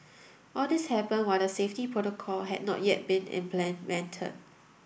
all this happened while the safety protocol had not yet been implemented